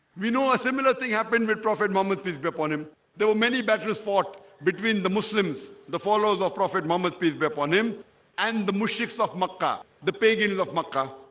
we know a similar thing happened with prophet muhammad. peace. be upon him there were many battles fought between the muslims the followers of prophet muhammad peace be upon him and the mushriks of makkah the pagans of makkah